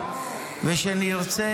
שנרצה,